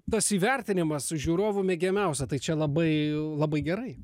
tas įvertinimas žiūrovų mėgiamiausia tai čia labai labai gerai